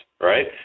right